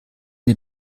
den